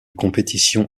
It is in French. compétition